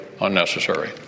unnecessary